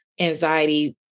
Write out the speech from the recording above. anxiety